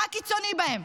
מה קיצוני בהם?